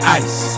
ice